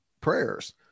prayers